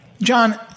John